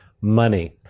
money